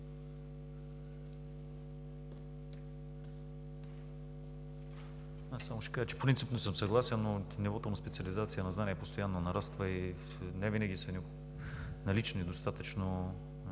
Аз само ще кажа, че принципно съм съгласен, но нивото на специализация на знания постоянно нараства и невинаги са налични достатъчно